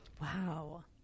wow